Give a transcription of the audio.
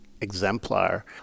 exemplar